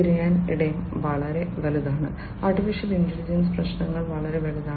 തിരയൽ ഇടം വളരെ വലുതാണ് AI പ്രശ്നങ്ങൾ വളരെ വലുതാണ്